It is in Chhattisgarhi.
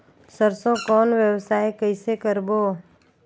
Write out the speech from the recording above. सरसो कौन व्यवसाय कइसे करबो?